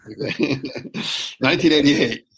1988